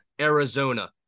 arizona